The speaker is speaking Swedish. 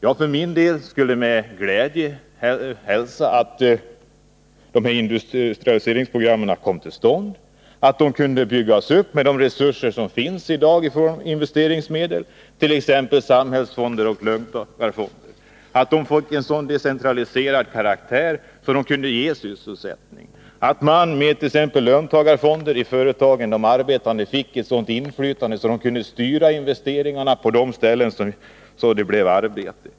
Jag skulle för min del med glädje hälsa att dessa industrialiseringsprogram kom till stånd, att de kunde byggas upp med de resurser som finns i dag i fråga om investeringsmedel, t.ex. samhällsfonder och löntagarfonder, att de fick en så decentraliserad karaktär att de kunde ge sysselsättning, att arbetarna med t.ex. löntagarfonder i företagen fick ett inflytande och kunde styra investeringarna så att det blev arbete.